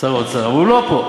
שר האוצר, אבל הוא לא פה.